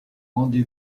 rendez